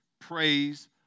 praise